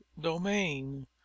domain